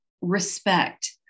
respect